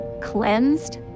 cleansed